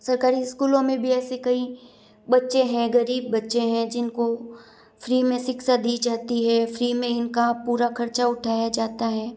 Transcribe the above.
सरकारी स्कूलों में भी ऐसी कई बच्चे हैं गरीब बच्चे हैं जिनको फ़्री में शिक्षा दी जाती है फ़्री में इनका पूरा खर्चा उठाया जाता है